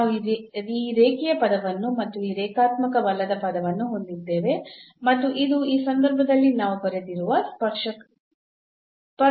ನಾವು ಈ ರೇಖೀಯ ಪದವನ್ನು ಮತ್ತು ಈ ರೇಖಾತ್ಮಕವಲ್ಲದ ಪದವನ್ನು ಹೊಂದಿದ್ದೇವೆ ಮತ್ತು ಇದು ಈ ಸಂದರ್ಭದಲ್ಲಿ ನಾವು ಬರೆದಿರುವ ಸ್ಪರ್ಶದ ಸಮೀಕರಣವಾಗಿದೆ